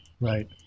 Right